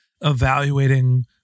evaluating